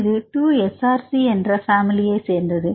இது 2SRC என்ற family யைச் சேர்ந்தது